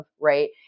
right